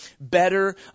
better